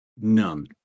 none